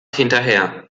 hinterher